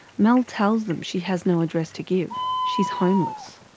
mel tells them she has no address to give, she's homeless.